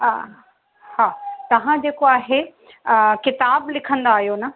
हा हा तव्हां जेको आहे किताबु लिखंदा आहियो न